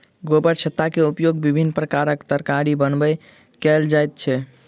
गोबरछत्ता के उपयोग विभिन्न प्रकारक तरकारी बनबय कयल जाइत अछि